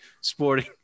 sporting